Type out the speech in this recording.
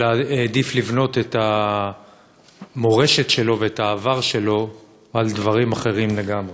אלא העדיף לבנות את המורשת שלו ואת העבר שלו על דברים אחרים לגמרי.